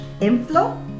inflow